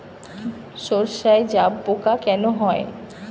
সর্ষায় জাবপোকা কেন হয়?